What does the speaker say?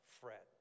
fret